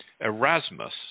Erasmus